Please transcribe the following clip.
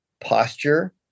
posture